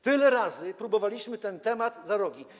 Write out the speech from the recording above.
Tyle razy próbowaliśmy ten temat brać za rogi.